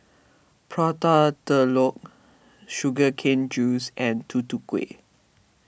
Prata Telur Sugar Cane Juice and Tutu Kueh